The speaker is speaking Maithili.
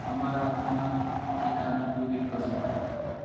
हमर एखुनक ठिकाना ट्वीट करू